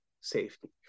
safety